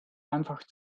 einfach